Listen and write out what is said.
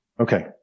Okay